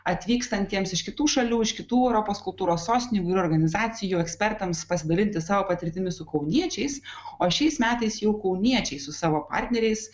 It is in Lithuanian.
atvykstantiems iš kitų šalių iš kitų europos kultūros sostinių įvairių organizacijų ekspertams pasidalinti savo patirtimi su kauniečiais o šiais metais jau kauniečiai su savo partneriais